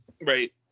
Right